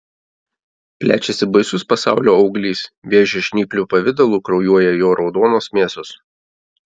plečiasi baisus pasaulio auglys vėžio žnyplių pavidalu kraujuoja jo raudonos mėsos